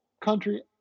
country